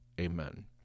Amen